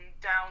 down